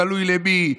תלוי למי,